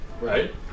Right